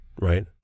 right